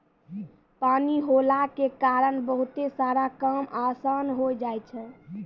पानी होला के कारण बहुते सारा काम आसान होय जाय छै